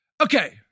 Okay